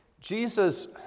Jesus